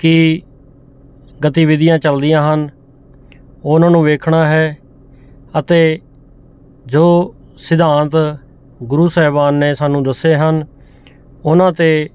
ਕੀ ਗਤੀਵਿਧੀਆਂ ਚੱਲਦੀਆਂ ਹਨ ਉਹਨਾਂ ਨੂੰ ਵੇਖਣਾ ਹੈ ਅਤੇ ਜੋ ਸਿਧਾਂਤ ਗੁਰੂ ਸਾਹਿਬਾਨ ਨੇ ਸਾਨੂੰ ਦੱਸੇ ਹਨ ਉਹਨਾਂ 'ਤੇ